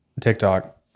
TikTok